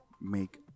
make